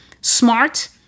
smart